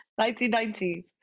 1990s